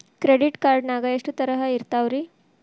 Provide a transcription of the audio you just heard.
Credit card ನಾಗ ಎಷ್ಟು ತರಹ ಇರ್ತಾವ್ರಿ?